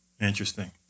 Interesting